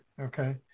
okay